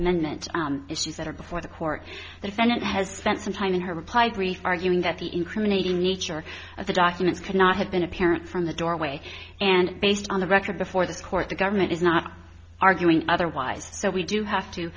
amendment issues that are before the court the senate has spent some time in her reply brief arguing that the incriminating nature of the documents could not have been apparent from the doorway and based on the record before the court the government is not arguing otherwise so we do have to